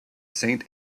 saint